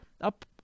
Up